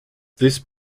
this